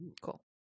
Cool